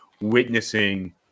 witnessing